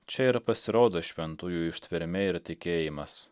čia ir pasirodo šventųjų ištvermė ir tikėjimas